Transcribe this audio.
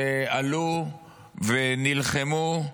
שעלו ונלחמו,